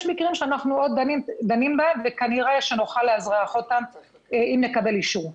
יש מקרים שאנחנו עוד דנים בהם וכנראה שנוכל לאזרח אותם אם נקבל אישור.